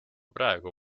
praegu